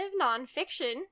nonfiction